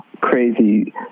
crazy